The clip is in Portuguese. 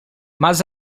mas